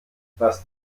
was